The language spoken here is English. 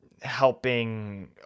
helping